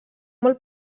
molt